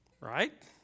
Right